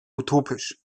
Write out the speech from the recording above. utopisch